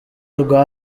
rwa